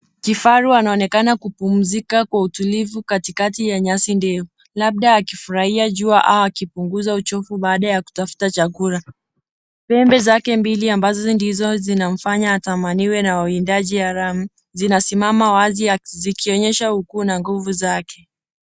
Kifaru anaonekana kupumzika kwa utulivu katikati ya nyasi ndefu, labda akifurahia jua au akipunguza uchovu baada ya kutafuta chakula. Pembe zake mbili ambazo ndizo zinamfanya atamaniwe na wawindaji haramu zinasimama wazi zikionyesha ukuu na nguvu zake.